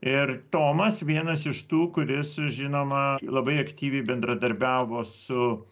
ir tomas vienas iš tų kuris žinoma labai aktyviai bendradarbiavo su